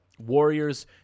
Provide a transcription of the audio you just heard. Warriors